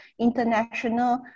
international